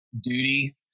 duty